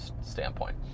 standpoint